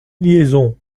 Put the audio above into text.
liaison